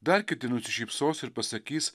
dar kiti nusišypsos ir pasakys